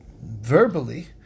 verbally